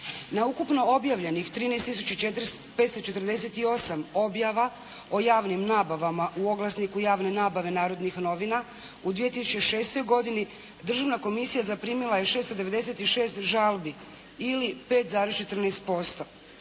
Na ukupno objavljenih 13 tisuća 548 objava o javnim nabavama u oglasniku javne nabave "Narodnih novina" u 2006. godini državna komisija zaprimila je 696 žalbi ili 5,14%.